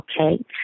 okay